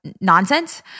nonsense